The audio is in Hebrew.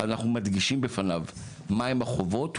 אנחנו מדגישים בפניו מהם החובות,